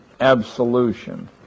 Absolution